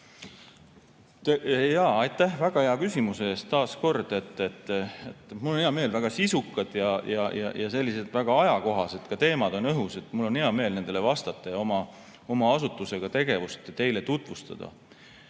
Aitäh väga hea küsimuse eest taas! Mul on hea meel. Väga sisukad ja sellised väga ajakohased teemad on õhus, mul on hea meel nendele vastata ja oma asutuse tegevust teile tutvustada.